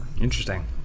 interesting